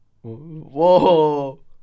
Whoa